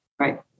Right